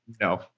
No